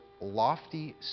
lofty